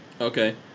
Okay